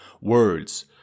words